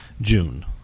June